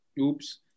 Oops